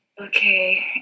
Okay